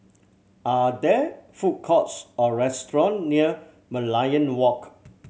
are there food courts or restaurant near Merlion Walk